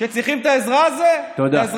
שצריכות את העזרה הזאת?